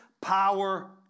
Power